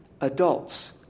adults